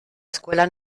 escuela